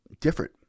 different